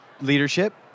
leadership